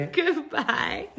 Goodbye